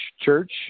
church